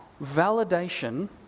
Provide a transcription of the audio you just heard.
validation